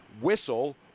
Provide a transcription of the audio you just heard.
whistle